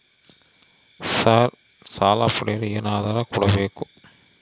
Sir ಸಾಲ ಪಡೆಯಲು ಏನು ಆಧಾರ ಕೋಡಬೇಕು?